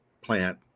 plant